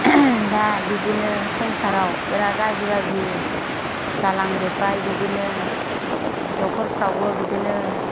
दा बिदिनो संसाराव बिराथ गाज्रि गाज्रि जालांजोबबाय बिदिनो न'खरफ्रावबो बिदिनो